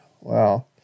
Wow